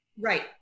right